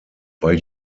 weil